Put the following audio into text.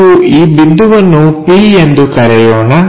ನಾವು ಈ ಬಿಂದುವನ್ನು p ಎಂದು ಕರೆಯೋಣ